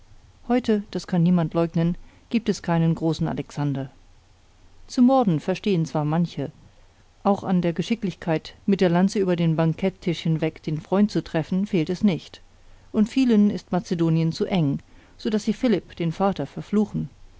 heute das kann niemand leugnen gibt es keinen großen alexander zu morden verstehen zwar manche auch an der geschicklichkeit mit der lanze über den bankettisch hinweg den freund zu treffen fehlt es nicht und vielen ist macedonien zu eng so daß sie philipp den vater verfluchen